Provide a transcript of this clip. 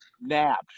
nabbed